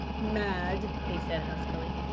mad! he said huskily.